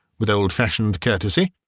with old-fashioned courtesy.